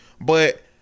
But-